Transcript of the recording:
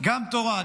גם תורה,